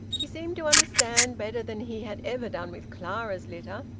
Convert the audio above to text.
he seemed to understand, better than he had ever done with clara's litter,